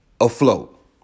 afloat